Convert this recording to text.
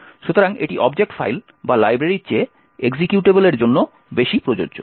সুতরাং এটি object file বা লাইব্রেরির চেয়ে এক্সিকিউটেবলের জন্য বেশি প্রযোজ্য